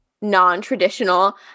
non-traditional